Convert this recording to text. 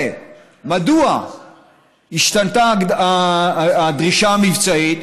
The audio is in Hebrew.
מדוע השתנתה הדרישה המבצעית,